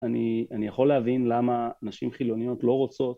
אני יכול להבין למה נשים חילוניות לא רוצות